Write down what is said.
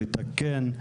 לתקן,